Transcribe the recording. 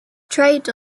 trade